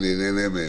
אני נהנה מהן,